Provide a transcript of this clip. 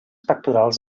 pectorals